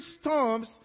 storms